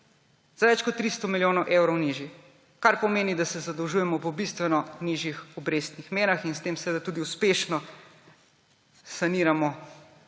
Za več kot 300 milijonov evrov nižji, kar pomeni, da se zadolžujemo po bistveno nižjih obrestnih merah in s tem seveda tudi uspešno saniramo